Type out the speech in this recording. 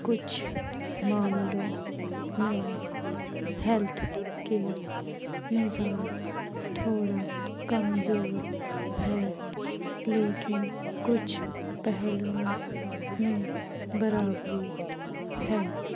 کچھ معاملوں میں ہیلتھ کیئر نظام تھوڑا کمزور ہے لیکن کچھ پہلوؤں میں برابری ہے